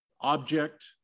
object